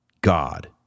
God